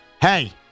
Hey